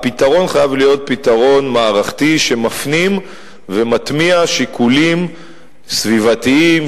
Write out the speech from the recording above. הפתרון חייב להיות פתרון מערכתי שמפנים ומטמיע שיקולים סביבתיים,